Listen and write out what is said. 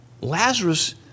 Lazarus